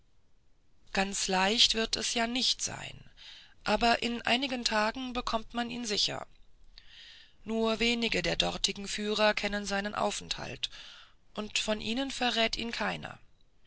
ganz leicht wird es ja nicht sein aber in einigen tagen bekommt man ihn sicher nur wenige der dortigen führer kennen seinen aufenthalt und von ihnen verrät ihn keiner